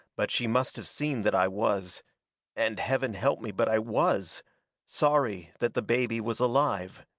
but she must have seen that i was and heaven help me, but i was sorry that the baby was alive.